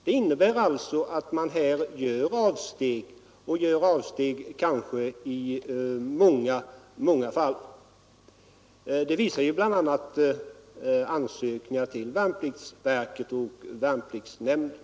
Man gör alltså avsteg från denna praxis, kanske i många fall. Detta visar bl.a. ansökningar till värnpliktsverket och värnpliktsnämnden.